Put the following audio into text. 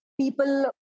people